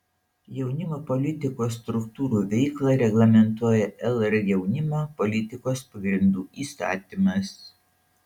jaunimo politikos struktūrų veiklą reglamentuoja lr jaunimo politikos pagrindų įstatymas